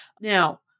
now